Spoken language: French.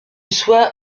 soi